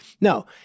No